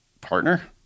partner